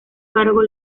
cargo